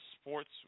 sports